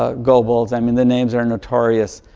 ah goebbels. i mean, the names are notorious.